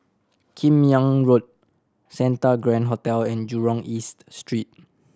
Kim Yam Road Santa Grand Hotel and Jurong East Street